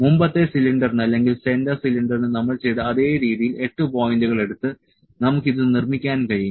മുമ്പത്തെ സിലിണ്ടറിന് അല്ലെങ്കിൽ സെന്റർ സിലിണ്ടറിന് നമ്മൾ ചെയ്ത അതേ രീതിയിൽ 8 പോയിന്റുകൾ എടുത്ത് നമുക്ക് ഇത് നിർമ്മിക്കാൻ കഴിയും